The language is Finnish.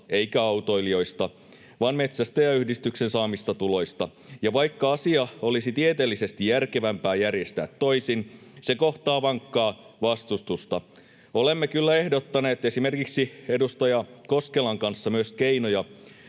eikä autoilijoista, vaan metsästäjäyhdistyksen saamista tuloista. Ja vaikka asia olisi tieteellisesti järkevämpää järjestää toisin, se kohtaa vankkaa vastustusta. Me olemme kyllä ehdottaneet esimerkiksi edustaja Koskelan kanssa myös keinoja,